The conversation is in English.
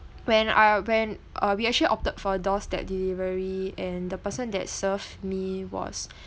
when uh when uh we actually opted for doorstep delivery and the person that served me was